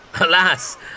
Alas